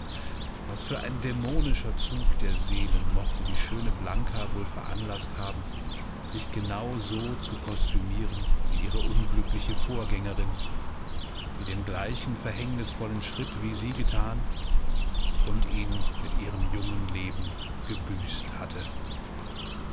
was für ein dämonischer zug der seelen mochte die schöne blanka wohl veranlaßt haben sich genau so zu kostümieren wie ihre unglückliche vorgängerin die den gleichen verhängnisvollen schritt wie sie gethan und ihn mit ihrem jungen leben gebüßt hatte